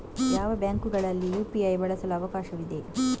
ಯಾವ ಬ್ಯಾಂಕುಗಳಲ್ಲಿ ಯು.ಪಿ.ಐ ಬಳಸಲು ಅವಕಾಶವಿದೆ?